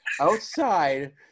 Outside